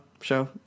show